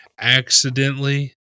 accidentally